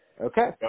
Okay